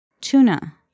Tuna